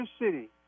city